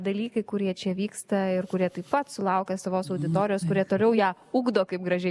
dalykai kurie čia vyksta ir kurie taip pat sulaukia savos auditorijos kurie toliau ją ugdo kaip gražiai